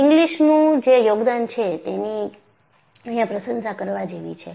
ઇંગ્લિસનું જે યોગદાન છે તેની અહિયાં પ્રશંસા કરવા જેવી છે